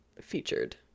featured